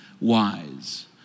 wise